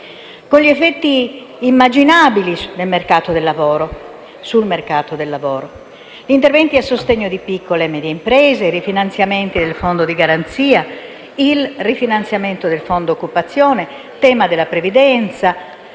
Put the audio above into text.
con effetti immaginabili sul mercato del lavoro. Gli interventi a sostegno di piccole e medie imprese, i rifinanziamenti del fondo di garanzia, il rifinanziamento del fondo occupazione, il tema della previdenza